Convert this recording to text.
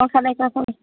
ꯀꯥꯈꯠꯂꯦ ꯀꯥꯈꯠꯂꯦ